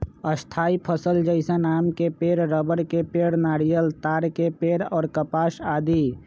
स्थायी फसल जैसन आम के पेड़, रबड़ के पेड़, नारियल, ताड़ के पेड़ और कपास आदि